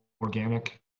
organic